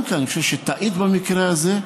אני חושב שטעית במקרה הזה,